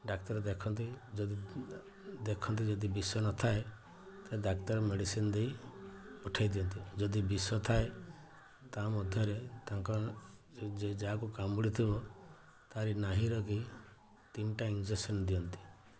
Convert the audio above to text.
ଡାକ୍ତର ଦେଖନ୍ତି ଯଦି ଦେଖନ୍ତି ଯଦି ବିଷ ନଥାଏ ତ ଡାକ୍ତର ମେଡ଼ିସିନ୍ ଦେଇ ପଠାଇଦିଅନ୍ତି ଯଦି ବିଷ ଥାଏ ତା ମଧ୍ୟରେ ତାଙ୍କ ଯାଆକୁ କାମୁଡ଼ିଥିବ ତାରି ନାହିରେ କି ତିନିଟା ଇଞ୍ଜେକ୍ସନ୍ ଦିଅନ୍ତି